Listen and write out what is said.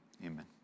Amen